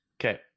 Okay